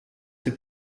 ses